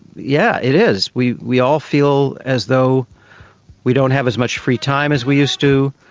yeah it is. we we all feel as though we don't have as much free time as we used to,